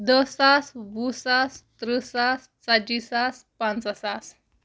دٔہ ساس وُہ ساس تٕرٛہ ساس ژتجی ساس پنٛژاہ ساس